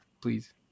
please